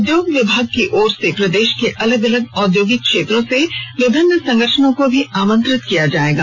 उद्योग विभाग की ओर से प्रदेश के अलग अलग औद्योगिक क्षेत्रों से विभिन्न संगठनों को भी आमंत्रित किया जाएगा